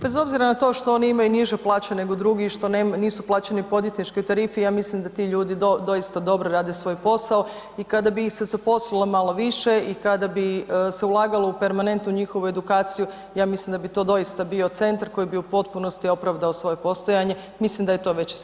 Bez obzira na to što oni imaju niže plaće nego drugi i što nisu plaćeni po odvjetničkoj tarifi, ja mislim da ti ljudi doista dobro rade svoj posao i kada bi ih se zaposlilo malo više i kada bi se ulagalo u permanent u njihovu edukaciju, ja mislim da bi to doista bio centar koji bi u potpunosti opravdao svoje postojanje, mislim da je to već i sad.